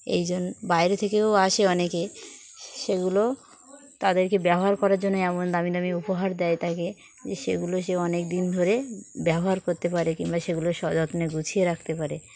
এই জন্য বাইরে থেকেও আসে অনেকে সেগুলো তাদেরকে ব্যবহার করার জন্য এমন দামি দামি উপহার দেয় তাকে যে সেগুলো সে অনেক দিন ধরে ব্যবহার করতে পারে কিংবা সেগুলো সযত্নে গুছিয়ে রাখতে পারে